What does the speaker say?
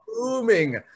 booming